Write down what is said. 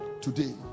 today